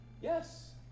Yes